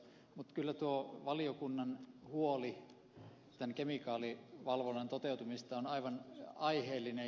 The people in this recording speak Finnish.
mutta kyllä tuo valiokunnan huoli tämän kemikaalivalvonnan toteutumisesta on aivan aiheellinen